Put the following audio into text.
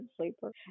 sleeper